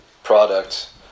product